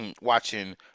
watching